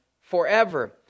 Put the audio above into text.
forever